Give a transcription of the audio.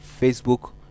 facebook